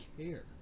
care